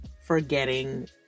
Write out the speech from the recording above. forgetting